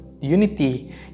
unity